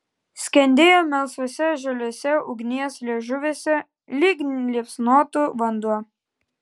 skendėjo melsvuose žaliuose ugnies liežuviuose lyg liepsnotų vanduo